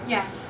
Yes